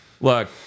look